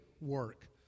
work